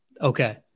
Okay